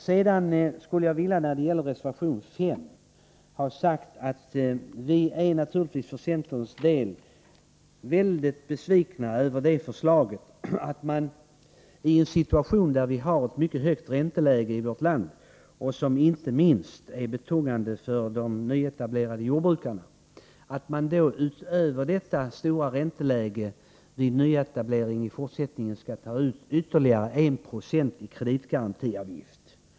När det gäller reservation 5 skulle jag för centerns del vilja säga att vi naturligtvis är väldigt besvikna över förslaget, att man i en situation när vi i vårt land har ett mycket högt ränteläge — det är betungande inte minst för de nyetablerade jordbrukarna — vid nyetablering i fortsättningen skall ta ut ytterligare 1 90 i kreditgarantiavgift.